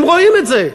הם רואים את זה,